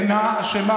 אינה אשמה,